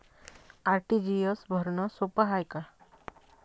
RTGS भरनं सोप हाय का?